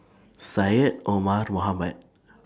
Syed Omar Mohamed